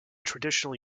traditional